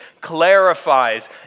clarifies